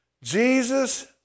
Jesus